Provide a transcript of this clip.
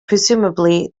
presumably